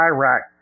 Iraq